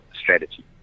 strategy